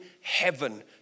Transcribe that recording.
heaven